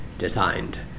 designed